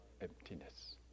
emptiness